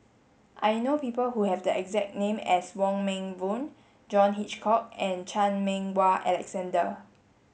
I know people who have the exact name as Wong Meng Voon John Hitchcock and Chan Meng Wah Alexander